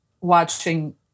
watching